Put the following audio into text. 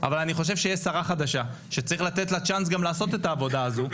אבל אני חושב שיש שרה חדשה שצריך לתת לה צ'אנס גם לעשות את העבודה הזו,